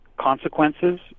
consequences